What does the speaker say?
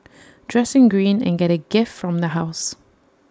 dress in green and get A gift from the house